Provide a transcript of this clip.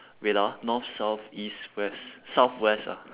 wait ah north south east west southwest ah